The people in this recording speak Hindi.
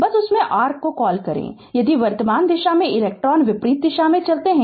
बस उस में r कॉल करेगा यदि वर्तमान दिशा में इलेक्ट्रॉन विपरीत दिशा में चलते हैं